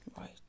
Right